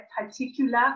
particular